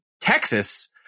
Texas